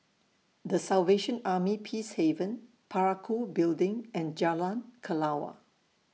The Salvation Army Peacehaven Parakou Building and Jalan Kelawar